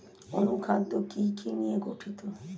অনুখাদ্য কি কি নিয়ে গঠিত?